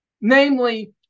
namely